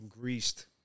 greased